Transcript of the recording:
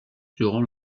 durant